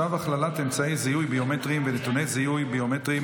הצעת צו הכללת אמצעי זיהוי ביומטריים ונתוני זיהוי ביומטריים